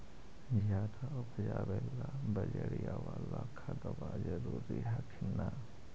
ज्यादा उपजाबे ला बजरिया बाला खदबा जरूरी हखिन न?